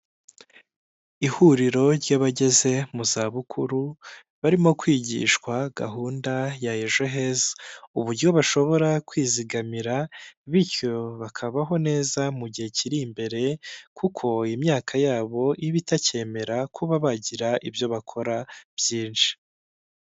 Ihuriro ry'abageze mu za bukuru barimo kwigishwa gahunda ya ejo heza uburyo bashobora kwizigamira bityo bakabaho neza mu gihe kiri imbere kuko imyaka yabo iba itacyemera kuba bagira ibyo bakora byinshi.